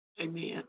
Amen